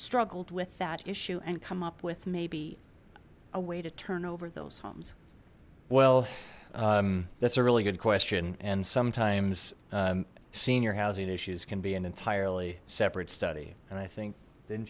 struggled with that issue and come up with maybe a way to turn over those homes well that's a really good question and sometimes senior housing issues can be an entirely separate study and i think